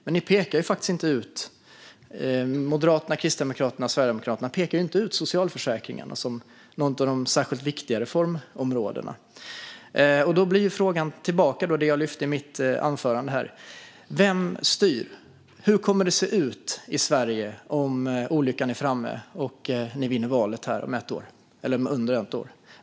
Men Moderaterna, Kristdemokraterna och Sverigedemokraterna pekar faktiskt inte ut socialförsäkringarna som något av de särskilt viktiga reformområdena. Då blir frågan tillbaka det jag lyfte i mitt anförande: Vem styr? Hur kommer det att se ut i Sverige om olyckan är framme och ni vinner valet nästa år?